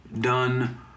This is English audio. done